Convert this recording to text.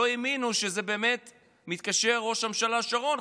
לא האמינו שבאמת מתקשר ראש הממשלה שרון,